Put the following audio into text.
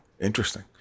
Interesting